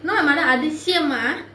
you know நாமல்லா அதிசயமா:naamallaa adisayamaa